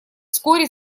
вскоре